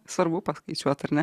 svarbu paskaičiuot ar ne